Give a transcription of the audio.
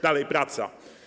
Dalej, praca.